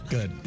Good